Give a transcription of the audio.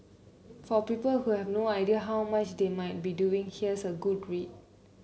for people who have no idea how much they might be doing here's a good read